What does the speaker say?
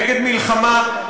נגד מלחמה,